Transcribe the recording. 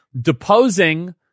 deposing